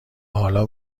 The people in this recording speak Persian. حالا